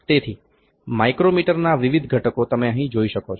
તેથી માઇક્રોમીટરના વિવિધ ઘટકો તમે અહીં જોઈ શકો છો